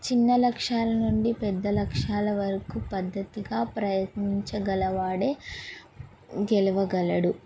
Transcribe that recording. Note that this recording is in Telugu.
చిన్న లక్ష్యాల నుండి పెద్ద లక్ష్యాల వరకు పద్ధతిగా ప్రయత్నించగలవాడే గెలవగలడు